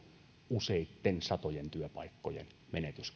useitten satojen työpaikkojen menetys